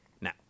Now